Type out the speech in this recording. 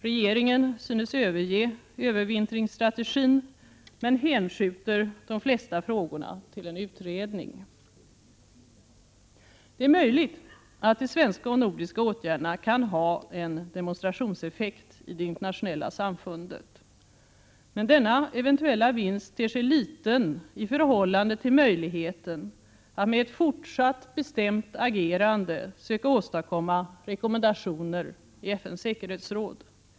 Regeringen synes överge övervintringsstrategin men hänskjuter de flesta frågorna till en utredning. Det är möjligt att de svenska och nordiska åtgärderna kan ha en demonstrationseffekt i det internationella samfundet. Men denna eventuella vinst ter sig liten i förhållande till möjligheten att med ett fortsatt bestämt agerande söka åstadkomma rekommendationer i FN:s säkerhetsråd.